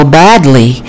badly